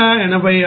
20 ను 0